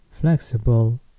flexible